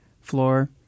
floor